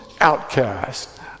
outcast